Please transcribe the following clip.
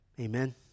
amen